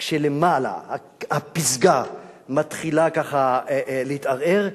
כשלמעלה הפסגה מתחילה ככה להתערער,